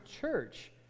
church